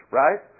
right